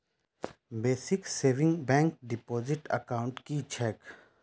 Basic savings bank deposit account की छैक?